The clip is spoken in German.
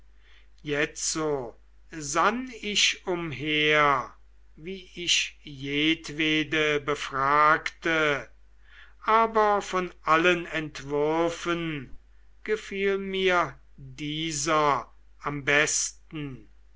jetzo sann ich umher wie ich jedwede befragte aber von allen entwürfen gefiel mir dieser am besten